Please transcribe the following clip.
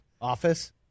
Office